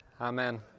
Amen